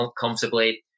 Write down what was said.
comfortably